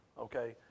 okay